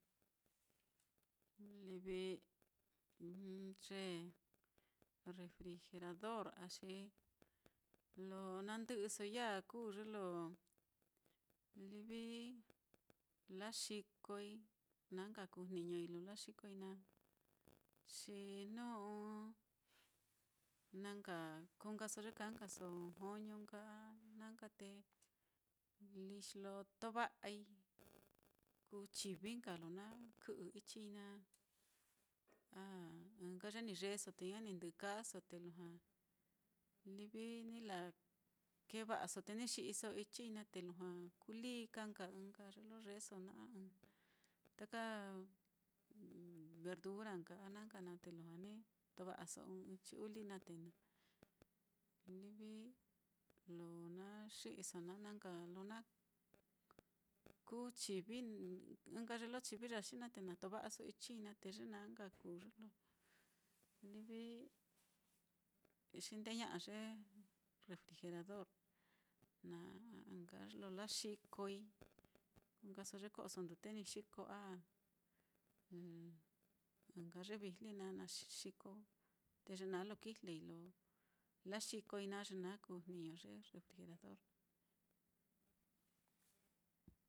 Livi ye refrigerador á, xi lo nandɨ'ɨsoi ya á kuu ye lo livi laxikoi, na nka kuu jniñoi lo laxikoi naá, xi jnu ɨ́ɨ́n na nka kuu nkaso ye kaa nkaso joño nka na nka, te líi xi lo tova'ai, kú chivi nka lo na kɨ'ɨ ichii naá, a ɨ́ɨ́n nka ye ni yeeso te ña ni ndɨ'ɨ kaaso, te lujua livi ni lakeva'aso te ni xi'iso ichii naá, te lujua kulii ka nka ɨ́ɨ́n nka ye lo yeeso naá, a ɨ́ɨ́n taka verdura nka a na nka na te lujua ni tova'aso ɨ́ɨ́n ichi uli naá, te livi lo na xi'iso naá, na nka lo na kú chivi, ɨ́ɨ́n nka ye lo chivii yaxi naá, te na tova'aso ichii naá te ye naá nka kuu ye lo livi xideña'a ye refrigerador naá, a ɨ́ɨ́n nka ye lo laxikoi kuu nkaso ye ko'o nkaso ndute ni xiko a ɨ́ɨ́n nka ye vijli naá na xiko, te ye naá lo kijlei lo laxikoi naá ye naá kuu jniño ye refrigerador naá.